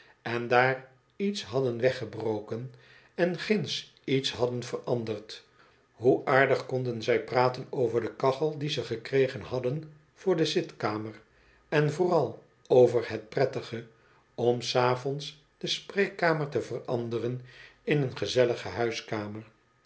en daar iets hadden weggebroken en ginds iets hadden veranderd hoe aardig konden zij praten over de kachel die ze gekregen hadden voor de zitkamer en vooral over het prettige om s avonds de spreekkamer te veranderen in een gezellige huiskamer